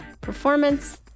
performance